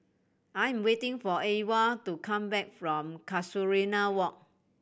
I am waiting for Ewald to come back from Casuarina Walk